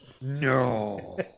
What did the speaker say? No